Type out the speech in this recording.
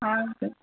ஆ